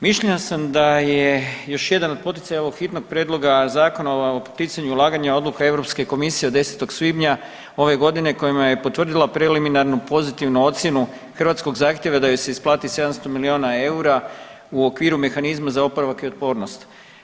Mišljenja sam da je još jedan od poticaja ovog hitnog prijedloga Zakona o poticanju ulaganja odluka EK od 10. svibnja ove godine kojima je potvrdila preliminarnu pozitivnu ocjenu hrvatskog zahtjeva da joj se isplati 700 milijuna eura u okviru mehanizma za oporavak i otpornost.